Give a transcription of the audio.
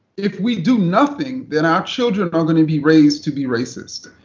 if we do nothing, then our children are going to be raised to be racist.